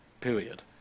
period